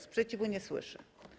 Sprzeciwu nie słyszę.